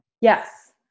Yes